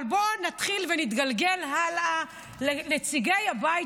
אבל בואו נתחיל ונתגלגל הלאה לנציגי הבית